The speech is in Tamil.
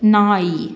நாய்